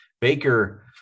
Baker